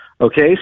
Okay